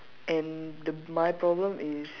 and the my problem is